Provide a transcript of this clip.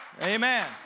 Amen